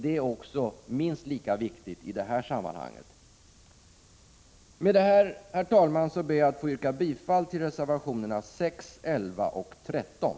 Dessa principer är viktiga inte minst i det här sammanhanget. Med detta, herr talman, ber jag att få yrka bifall till reservationerna 6, 11 och 13.